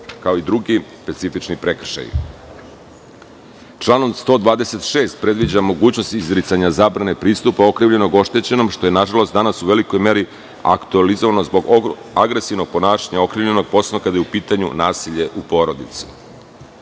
kao i drugi specifični prekršaji. Članom 126. predviđa mogućnost izricanja zabrane pristupa okrivljenog, oštećenom, što je nažalost, danas u velikoj meri aktuelizovano zbog agresivnog ponašanja okrivljenog, posebno kada je u pitanju nasilje u porodici. Više